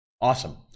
Awesome